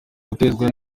gukoresha